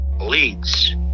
leads